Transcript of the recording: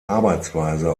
arbeitsweise